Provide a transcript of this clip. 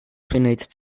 finalitats